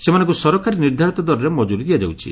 ସେମାନଙ୍କୁ ସରକାରୀ ନିର୍ଦ୍ଧାରିତ ଦରରେ ମଜୁରୀ ଦିଆଯାଉଛି